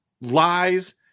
lies